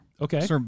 Okay